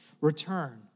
Return